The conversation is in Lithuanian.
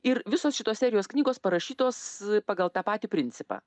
ir visos šitos serijos knygos parašytos pagal tą patį principą